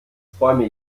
träume